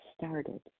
started